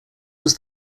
was